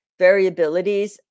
variabilities